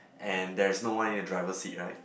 and there is no one in the driver seat right